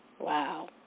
Wow